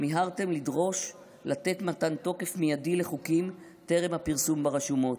מיהרתם לדרוש לתת מתן תוקף מיידי לחוקים טרם הפרסום ברשומות.